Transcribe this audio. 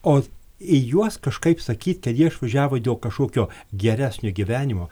o į juos kažkaip sakyt kad jie išvažiavo dėl kažkokio geresnio gyvenimo